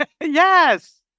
Yes